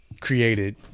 created